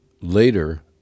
later